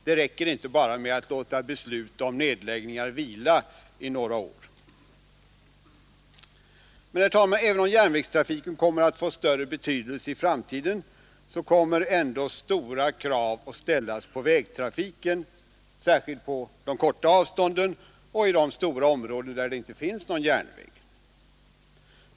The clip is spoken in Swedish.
Det räcker inte bara med att låta beslut om nedläggningar vila i några år. Men även om järnvägstrafiken får större betydelse i framtiden, så kommer ändå stora krav att ställas på vägtrafiken, särskilt på de korta avstånden och i de stora områden där det inte finns någon järnväg.